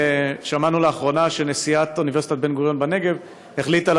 שמענו לאחרונה שנשיאת אוניברסיטת בן-גוריון בנגב החליטה